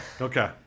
Okay